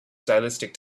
stylistic